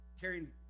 carrying